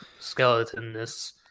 skeletonness